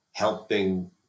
helping